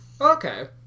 Okay